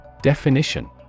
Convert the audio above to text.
Definition